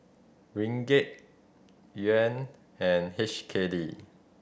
Ringgit Yuan and H K D